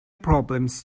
problems